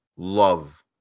love